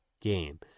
game